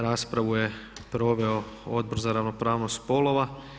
Raspravu je proveo Odbor za ravnopravnost spolova.